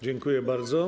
Dziękuję bardzo.